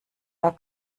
war